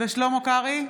שלמה קרעי,